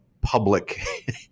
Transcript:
public